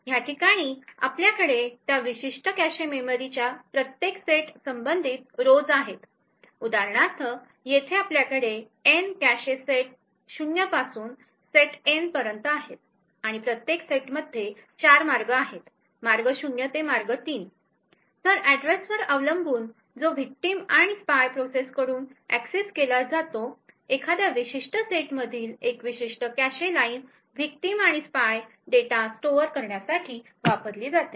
ह्याठिकाणी आपल्याकडे त्या विशिष्ट कॅशे मेमरीच्या प्रत्येक सेट संबंधित रोज आहेत उदाहरणार्थ येथे आपल्याकडे एन कॅशे सेट्स 0 पासून सेट एन पर्यंत आहेत आणि प्रत्येक सेटमध्ये 4 मार्ग आहेत मार्ग 0 ते मार्ग 3 आहे तर ऍड्रेसवर अवलंबून जो विक्टिम आणि स्पाय प्रोसेस कडून ऍक्सेस केला जातो एखाद्या विशिष्ट सेटमधील एक विशिष्ट कॅशे लाइन विक्टिम आणि स्पाय डेटा स्टोअर करण्यासाठी वापरली जाते